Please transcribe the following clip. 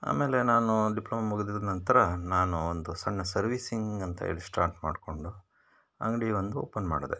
ಆಮೇಲೆ ನಾನು ಡಿಪ್ಲೊಮಾ ಮುಗಿದಿದ್ದ ನಂತರ ನಾನು ಒಂದು ಸಣ್ಣ ಸರ್ವೀಸಿಂಗ್ ಅಂತ ಹೇಳಿ ಸ್ಟಾರ್ಟ್ ಮಾಡಿಕೊಂಡು ಅಂಗಡಿ ಒಂದು ಓಪನ್ ಮಾಡಿದೆ